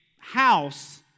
house